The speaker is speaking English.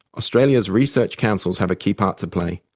australia's research councils have a key part to play.